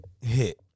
hit